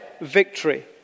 victory